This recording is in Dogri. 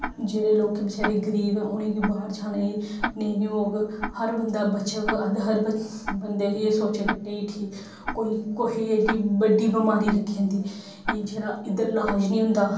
जेह्ड़े लोग जेह्ड़े गरीब ऐ उ'नें गी बाह्र जाने ई नेईं होग हर बंदा बचग हर बं बंदे गी एह् सोच्चेआ जाना कोई कुसै गी एड्डी बड्डी बमारी लग्गी जंदी जेह्दा इद्धर इलाज निं होंदा